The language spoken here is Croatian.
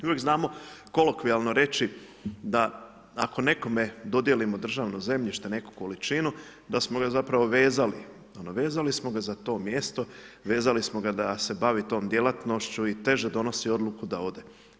Uvijek znamo kolokvijalno reći da ako nekome dodijelimo državno zemljište, neku količinu da smo ga zapravo vezali, ono vezali smo ga za to mjesto, vezali smo ga da se bavi tom djelatnošću i teže donosi odluku da ode.